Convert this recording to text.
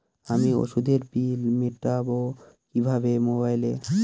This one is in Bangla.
আমি ওষুধের বিল মেটাব কিভাবে মোবাইলে?